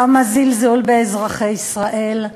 כמה זלזול באזרחי ישראל,